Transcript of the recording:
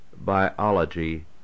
biology